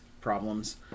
problems